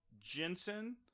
Jensen